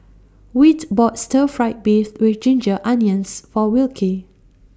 Whit bought Stir Fried Beef with Ginger Onions For Wilkie